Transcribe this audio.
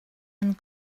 and